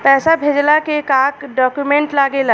पैसा भेजला के का डॉक्यूमेंट लागेला?